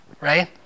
right